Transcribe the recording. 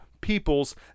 peoples